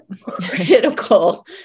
critical